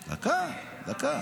דקה, דקה.